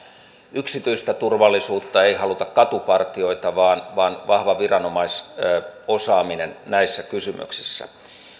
yksityistä turvallisuutta ei haluta katupartioita vaan vaan vahva viranomaisosaaminen näissä kysymyksissä